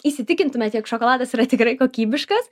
įsitikintumėt jog šokoladas yra tikrai kokybiškas